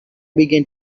begin